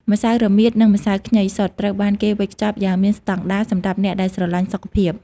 ម្សៅរមៀត និងម្សៅខ្ញីសុទ្ធ ត្រូវបានគេវេចខ្ចប់យ៉ាងមានស្តង់ដារសម្រាប់អ្នកដែលស្រឡាញ់សុខភាព។